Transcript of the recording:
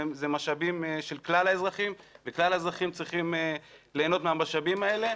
אלה משאבים של כלל האזרחים וכלל האזרחים צריכים ליהנות מהמשאבים האלה.